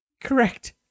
Correct